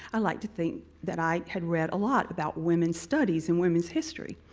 i liked to think that i had read a lot about women's studies and women's history.